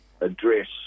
address